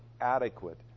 adequate